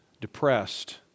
depressed